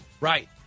Right